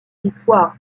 victoire